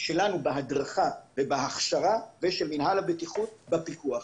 שלנו בהדרכה ובהכשרה ושל מינהל הבטיחות והפיקוח.